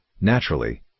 naturally